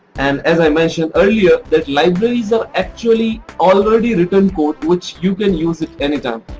and as i mentioned earlier that libraries are actually already written code which you can use it anytime.